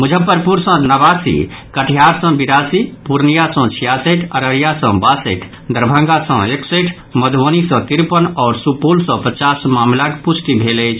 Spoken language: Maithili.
मुजफ्फरपुर सँ नवासी कटिहार सँ बिरासी पूर्णियां सँ छियासठि अररिया सँ बासठि दरभंगा सँ एकसठि मधुबनी सँ तिरपन आओर सुपौल सँ पचास मामिलाक पुष्टि भेल अछि